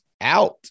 out